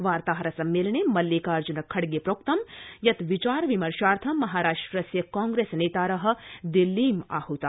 वार्ताहर सम्मेलने मल्लिकार्ज़न खडगे प्रोक्त यत् विचार विमर्शार्थं महाराष्ट्रस्य कांप्रेस नेतार दिल्लीम् आहता